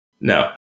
No